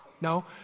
No